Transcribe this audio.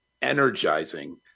Energizing